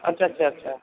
अच्छा अच्छा अच्छा